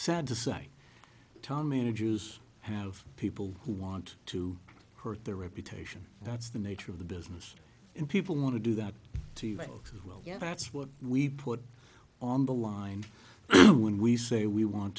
sad to say tom managers have people who want to hurt their reputation that's the nature of the business and people want to do that to you well yeah that's what we put on the line when we say we want